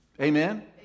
Amen